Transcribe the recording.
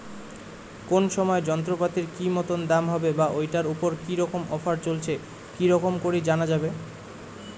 কোন সময় যন্ত্রপাতির কি মতন দাম হবে বা ঐটার উপর কি রকম অফার চলছে কি রকম করি জানা যাবে?